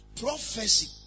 Prophecy